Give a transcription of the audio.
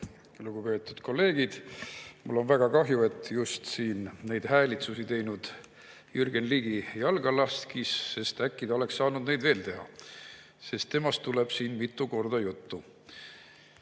Lugupeetud kolleegid! Mul on väga kahju, et just siin neid häälitsusi teinud Jürgen Ligi jalga lasi, sest äkki ta oleks saanud neid veel teha, kuna temast tuleb siin mitu korda juttu. Aga